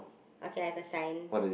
ok have a sign